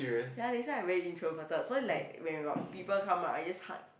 ya they say I very introverted so like when got people come right I just hide